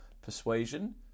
persuasion